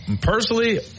personally